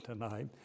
tonight